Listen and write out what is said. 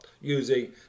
using